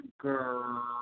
girl